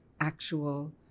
actual